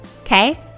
Okay